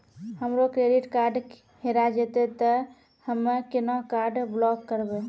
हमरो credit card हेरा जेतै ते हम्मय केना कार्ड ब्लॉक करबै?